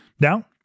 Now